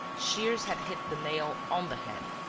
shears had hit the nail on the head.